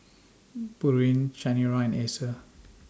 Pureen Chanira and Acer